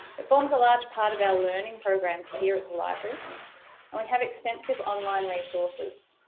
it forms a large part of our learning program here at the library and we have extensive online resources,